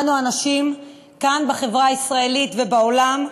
אנו הנשים, כאן בחברה הישראלית ובעולם.